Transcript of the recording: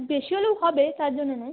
বেশি হলেও হবে তার জন্যে নয়